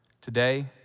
Today